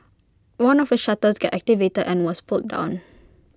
one of the shutters got activated and was pulled down